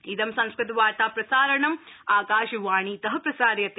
इद संस्कृतवार्ता प्रसारणम् आकाशवाणीत प्रसार्यते